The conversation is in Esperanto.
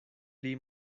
pli